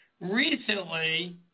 Recently